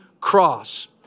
cross